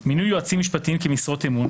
מינוי יועצים משפטיים כמשרות אמון,